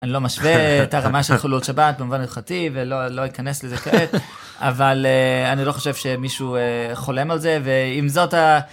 אני לא משווה את הרמה של חילול שבת במובן ההלכתי ולא לא אכנס לזה כעת אבל אני לא חושב שמישהו חולם על זה ואם זאת ה..